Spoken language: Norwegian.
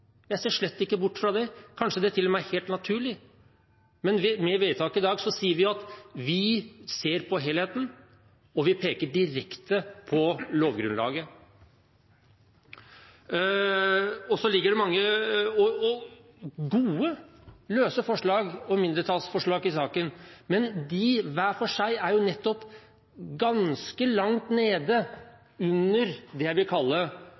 Jeg ser slett ikke bort fra det. Kanskje det til og med er helt naturlig. Men med vedtaket i dag sier vi at vi ser på helheten, og vi peker direkte på lovgrunnlaget. Det ligger mange gode løse forslag og mindretallsforslag i saken. Men hver for seg er de ganske langt under det